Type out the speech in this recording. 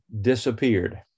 disappeared